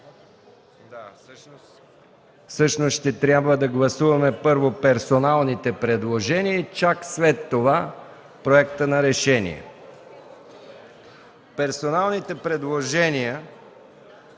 Всъщност ще трябва да гласуваме първо персоналните предложения, а след това – Проекта на решение. Персоналните предложения